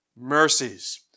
mercies